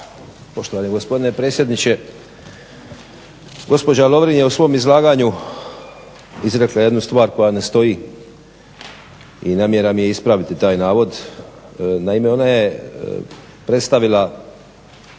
Poštovani gospodine potpredsjedniče. Gospođa Lovrin je u svom izlaganju izrekla jednu stvar koja ne stoji i namjera mi je ispraviti taj navod. Naime ona je predstavila